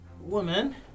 Woman